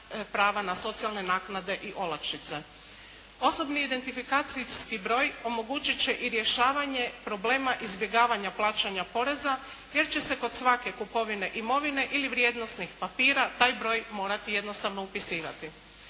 na socijalne naknade i olakšice. Osobni identifikacijski broj omogućiti će i rješavanje problema izbjegavanja plaćanja poreza, jer će se kod svake kupovine imovine ili vrijednosnih papira, taj broj morati jednostavno upisivati.